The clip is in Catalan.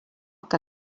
que